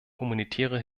humanitäre